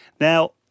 Now